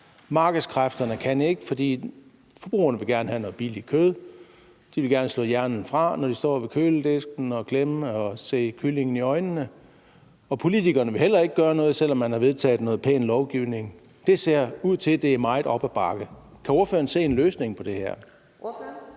markedskræfterne kan ikke, for forbrugerne vil gerne have noget billigt kød; de vil gerne slå hjernen fra, når de står ved køledisken, og glemme at se kyllingen i øjnene. Og politikerne vil heller ikke gøre noget, selv om man har vedtaget noget pæn lovgivning. Det ser ud til, det er meget op ad bakke. Kan ordføreren se en løsning på det her?